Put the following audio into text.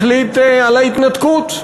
החליט על ההתנתקות,